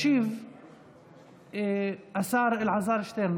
ישיב השר אלעזר שטרן.